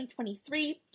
2023